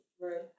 right